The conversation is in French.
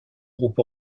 groupe